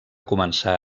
començar